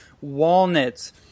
walnuts